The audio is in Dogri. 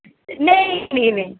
नेईं नेईं